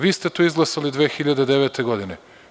Vi ste to izglasali 2009. godine.